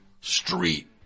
street